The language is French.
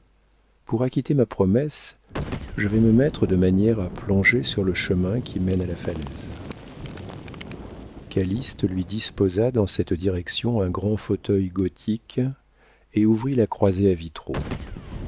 pour acquitter ma promesse je vais me mettre de manière à plonger sur le chemin qui mène à la falaise calyste lui disposa dans cette direction un grand fauteuil gothique et ouvrit la croisée à vitraux